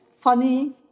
funny